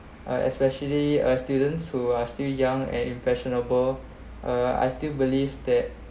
I especially uh students who are still young and impressionable uh I still believe that